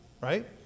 Right